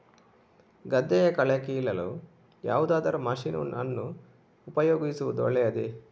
ಗದ್ದೆಯ ಕಳೆ ಕೀಳಲು ಯಾವುದಾದರೂ ಮಷೀನ್ ಅನ್ನು ಉಪಯೋಗಿಸುವುದು ಒಳ್ಳೆಯದೇ?